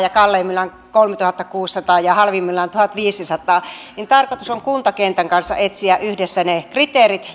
kalleimmillaan kolmetuhattakuusisataa ja halvimmillaan tuhatviisisataa niin tarkoitus on kuntakentän kanssa etsiä yhdessä ne kriteerit